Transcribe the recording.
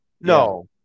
no